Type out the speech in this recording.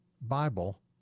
Bible